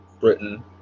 britain